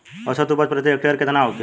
औसत उपज प्रति हेक्टेयर केतना होखे?